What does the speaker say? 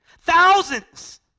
Thousands